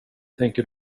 tänker